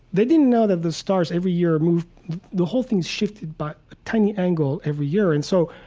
they didn't know that the stars every year moved the whole thing shifted by a tiny angle, every year. and so,